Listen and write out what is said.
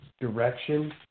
direction